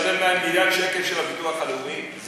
לשלם להם מיליארד שקל של הביטוח הלאומי?